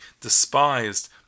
despised